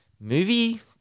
Movie